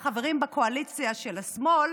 החברים בקואליציה של השמאל,